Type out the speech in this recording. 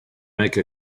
make